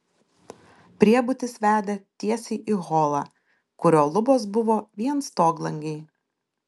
priebutis vedė tiesiai į holą kurio lubos buvo vien stoglangiai